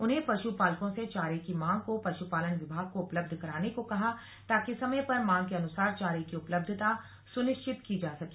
उन्हें पशुपालकों से चारे की मांग को पशुपालन विभाग को उपलब्ध कराने को कहा ताकि समय पर मांग के अनुसार चारे की उपलब्धता सुनिश्चित की जा सके